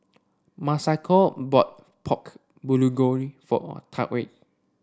Masako bought Pork Bulgogi for Tarik